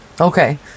Okay